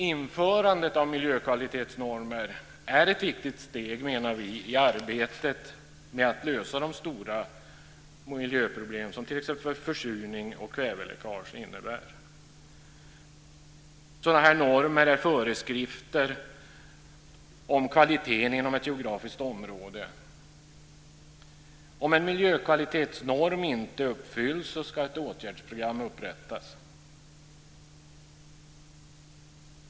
Införandet av miljökvalitetsnormer är ett viktigt steg, menar vi, i arbetet med att lösa de stora miljöproblem som t.ex. försurning och kväveläckage innebär. Sådana här normer är föreskrifter om kvaliteten inom ett geografiskt område. Om en miljökvalitetsnorm inte uppfylls ska åtgärdsprogram upprättas.